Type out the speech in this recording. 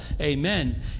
Amen